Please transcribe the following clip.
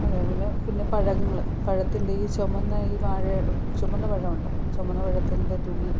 അതേപോലെ പിന്നെ പഴങ്ങൾ പഴത്തിൻ്റെ ഈ ചുവന്ന ഈ വാഴ ചുവന്ന പഴം ഉണ്ടല്ലോ ചുവന്ന പഴത്തിൻ്റെ തൊലി